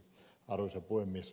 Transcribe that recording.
arvoisa puhemies